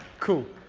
cool.